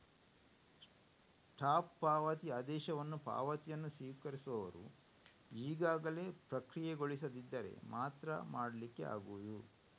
stop ಪಾವತಿ ಆದೇಶವನ್ನ ಪಾವತಿಯನ್ನ ಸ್ವೀಕರಿಸುವವರು ಈಗಾಗಲೇ ಪ್ರಕ್ರಿಯೆಗೊಳಿಸದಿದ್ದರೆ ಮಾತ್ರ ಮಾಡ್ಲಿಕ್ಕೆ ಆಗುದು